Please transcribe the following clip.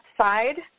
side